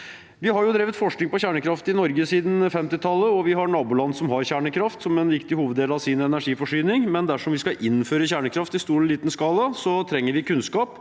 Vi har drevet forskning på kjernekraft i Norge siden 1950-tallet, og vi har naboland som har kjernekraft som en viktig hoveddel av sin energiforsyning, men dersom vi skal innføre kjernekraft i stor eller liten skala, trenger vi kunnskap.